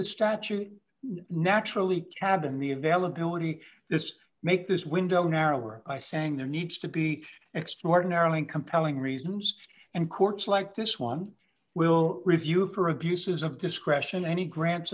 the statute naturally cabin the availability this make this window narrower by saying there needs to be extraordinarily compelling reasons and courts like this one will review for abuses of discretion any grants